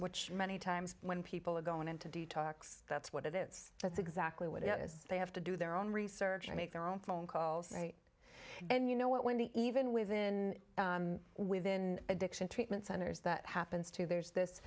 which many times when people are going into detox that's what it is that's exactly what it is they have to do their own research and make their own phone calls and you know what wendy even within within addiction treatment centers that happens to there's this